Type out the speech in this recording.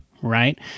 right